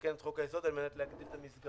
לתקן את חוק היסוד על מנת להגדיל את המסגרות.